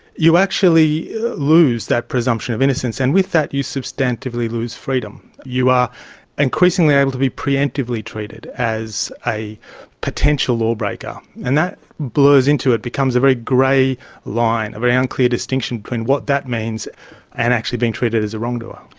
you actually lose that presumption of innocence, and with that you substantively lose freedom. you are increasingly able to be pre-emptively treated as a potential lawbreaker, and that blurs into, it becomes a very grey line, a very unclear distinction between what that means and actually being treated as a wrongdoer.